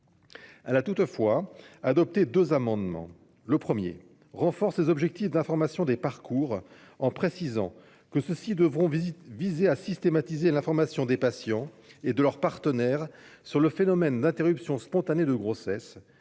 Elle a toutefois adopté deux amendements. Le premier renforce les objectifs d'information des parcours, en précisant que ceux-ci devront viser à systématiser l'information des patientes et de leur partenaire sur le phénomène d'interruption spontanée de grossesse,